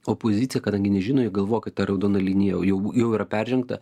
opozicija kadangi nežino jie galvoja kad ta raudona linija jau jau yra peržengta